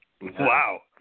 Wow